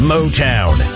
Motown